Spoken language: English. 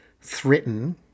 threaten